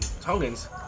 Tongans